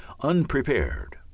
unprepared